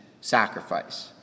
sacrifice